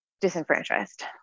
disenfranchised